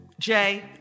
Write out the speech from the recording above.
Jay